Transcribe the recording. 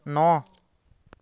ন